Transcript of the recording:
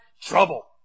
trouble